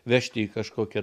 vežti į kažkokią